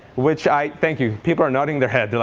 which i thank you. people are nodding their head.